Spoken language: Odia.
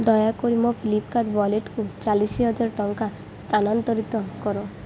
ଦୟାକରି ମୋ ଫ୍ଲିପ୍କାର୍ଟ୍ ୱାଲେଟ୍କୁ ଚାଳିଶହଜାର ଟଙ୍କା ସ୍ଥାନାନ୍ତରିତ କର